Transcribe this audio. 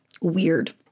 weird